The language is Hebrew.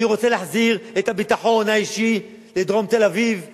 אני רוצה להחזיר את הביטחון האישי לדרום-תל-אביב ולאילת,